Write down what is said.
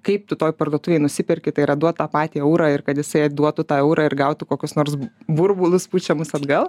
kaip tu toj parduotuvėj nusiperki tai yra duot tą patį eurą ir kad jisai duotų tą eurą ir gautų kokius nors burbulus pučiamus atgal